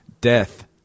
death